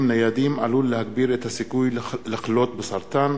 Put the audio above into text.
ניידים עלול להגביר את הסיכוי לחלות בסרטן,